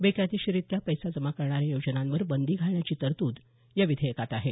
बेकायदेशीररीत्या पैसा जमा करण्याऱ्या योजनांवर बंदी घालण्याची तरतूद या विधेयकात आहे